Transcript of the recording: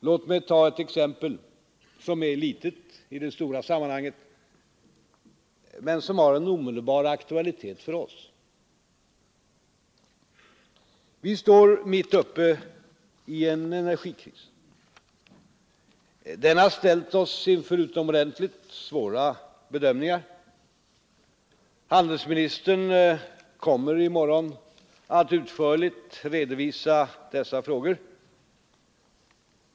Låt mig ta ett exempel, som är litet i det stora sammanhanget men som har en omedelbar aktualitet för oss: Vi står mitt uppe i en energikris. Den har ställt oss inför utomordentligt svåra bedömningar. Handelsministern kommer i morgon att utförligt redovisa dessa frågor.